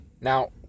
Now